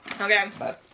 Okay